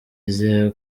izihe